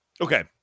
Okay